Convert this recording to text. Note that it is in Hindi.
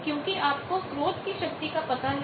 क्योंकि आपको स्रोत की शक्ति का पता है